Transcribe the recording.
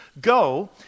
Go